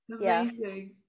Amazing